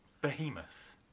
behemoth